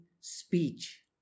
speech